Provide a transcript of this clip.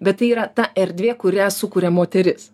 bet tai yra ta erdvė kurią sukuria moteris